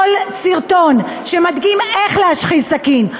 כל סרטון שמדגים איך להשחיז סכין,